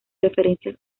referencias